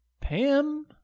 Pam